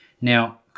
Now